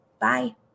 Bye